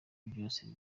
byose